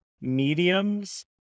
mediums